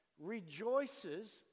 rejoices